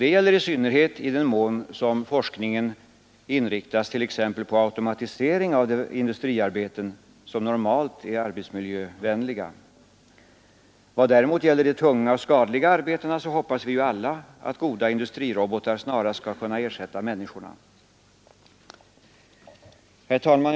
Det gäller i synnerhet i den mån forskningen inriktas på t.ex. automatisering av de industriarbeten som normalt är arbetsmiljövänliga. Vad däremot gäller de tunga och skadliga arbetena hoppas vi ju alla att goda industrirobotar snarast skall kunna ersätta människorna. Herr talman!